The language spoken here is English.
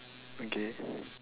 okay